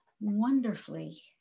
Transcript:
wonderfully